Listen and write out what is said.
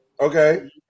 Okay